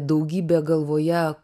daugybė galvoje